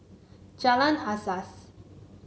Jalan Asas